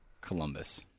Columbus